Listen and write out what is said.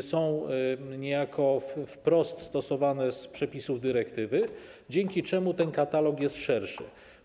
są niejako wprost stosowane z przepisów dyrektywy, dzięki czemu ich katalog jest szerszy.